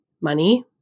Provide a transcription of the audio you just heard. money